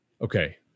okay